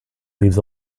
leaves